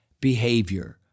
behavior